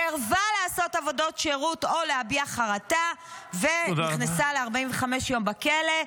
סירבה לעשות עבודות שירות או להביע חרטה ונכנסה ל-45 יום בכלא.